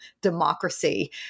democracy